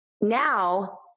now